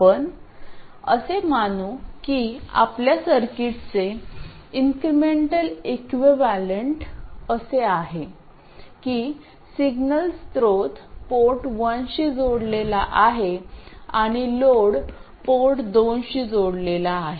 आपण असे मानू की आपल्या सर्किटचे इन्क्रिमेंटल इक्विवलेंट असे आहे की सिग्नल स्त्रोत पोर्ट वनशी जोडलेला आहे आणि लोड पोर्ट दोनशी जोडलेला आहे